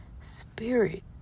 Spirit